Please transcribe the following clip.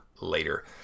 later